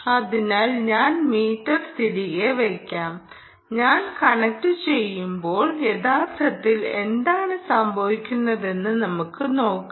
അതിനാൽ ഞാൻ മീറ്റർ തിരികെ വയ്ക്കാം ഞാൻ കണക്റ്റുചെയ്യുമ്പോൾ യഥാർത്ഥത്തിൽ എന്താണ് സംഭവിക്കുന്നതെന്ന് നമുക്ക് നോക്കാം